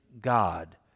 God